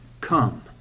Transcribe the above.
Come